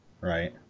right